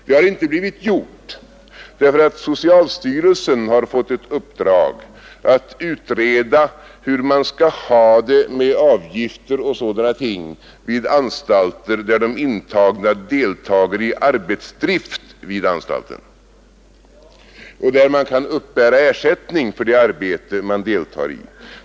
Det har inte blivit gjort därför att socialstyrelsen har fått ett uppdrag att utreda hur man skall ha det med avgifter och sådana ting vid anstalter där de intagna deltar i arbetsdrift vid anstalten och där man kan uppbära ersättning för det arbete man deltar i.